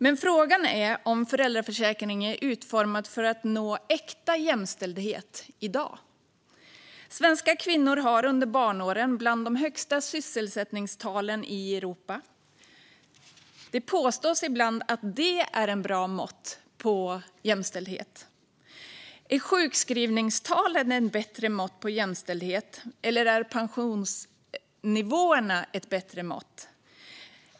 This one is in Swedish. Men frågan är om föräldraförsäkringen är utformad för att nå äkta jämställdhet i dag. Svenska kvinnor har under småbarnsåren bland de högsta sysselsättningstalen i Europa. Det påstås ibland att det är ett bra mått på jämställdhet. Är sjukskrivningstalen ett bättre mått på jämställdhet, eller är pensionsnivåerna ett bättre mått?